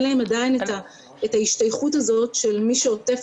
אין להם עדיין את ההשתייכות הזאת של מי שעוטף